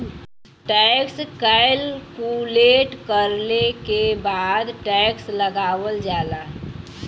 tax calculate करले के बाद टैक्स लगावल जाला